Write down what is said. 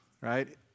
right